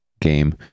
game